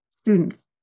students